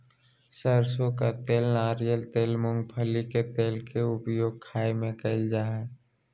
सरसों का तेल नारियल तेल मूंगफली के तेल के उपयोग खाय में कयल जा हइ